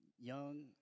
young